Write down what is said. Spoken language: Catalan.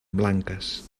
blanques